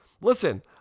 Listen